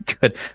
good